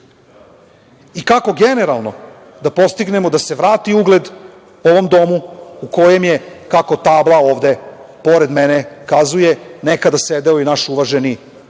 I kako generalno da postignemo da se vrati ugled ovom domu u kojem je, kako tabla ovde pored mene kazuje, nekada sedeo i naš uvaženi